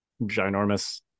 ginormous